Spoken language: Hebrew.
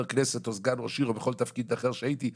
כנסת או סגן ראש עיר או בכל תפקיד אחר שהייתי,